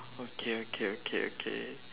okay okay okay okay